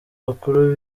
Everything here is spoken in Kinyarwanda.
bakuru